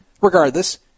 regardless